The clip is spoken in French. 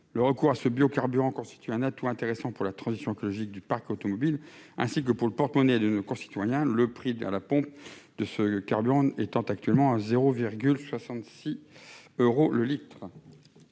Le recours à ce biocarburant constitue un atout intéressant pour la transition écologique du parc automobile, ainsi que pour le porte-monnaie de nos concitoyens, le prix à la pompe de ce carburant étant actuellement de 0,66 euro le litre.